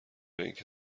اینکه